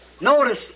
Notice